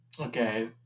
Okay